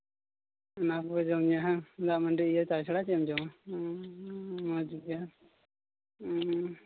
ᱚᱱᱟ ᱠᱚᱯᱮ ᱡᱚᱢᱼᱧᱩᱭᱟ ᱦᱮᱸ ᱫᱟᱜ ᱢᱟᱹᱰᱤ ᱤᱭᱟᱹ ᱛᱟᱪᱷᱟᱲᱟ ᱪᱮᱫ ᱮᱢ ᱡᱚᱢᱟ ᱦᱮᱸ ᱢᱚᱡᱽ ᱜᱮ ᱦᱮᱸ